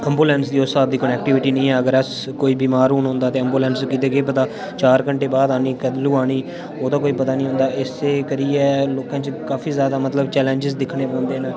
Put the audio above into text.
ambulance दी उस स्हाब दी कनेक्टिविटी निं ऐ अगर अस कोई बीमार हून होन्दा एम्बुलेंस किते केह् पता चार घैंटे बाद आनी कैलूं आनी ओह्दा कोई पता निं होंदा इस्सै करियै काफी जादा मतलब चैलेंज्स दिक्खने पौंदे न